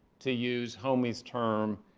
to use homi's term,